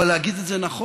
אבל להגיד את זה נכון,